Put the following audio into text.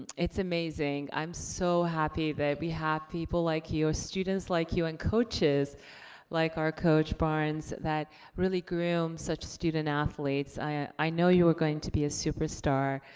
it's amazing. i'm so happy that we have people like you, students like you. and coaches like our coach barnes that really groom such student athletes. i know you are going to be a superstar.